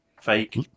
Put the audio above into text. fake